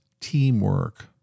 teamwork